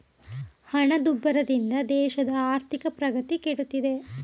ಹಣದುಬ್ಬರದಿಂದ ದೇಶದ ಆರ್ಥಿಕ ಪ್ರಗತಿ ಕೆಡುತ್ತಿದೆ